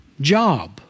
job